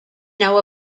now